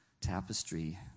tapestry